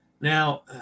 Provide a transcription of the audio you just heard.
Now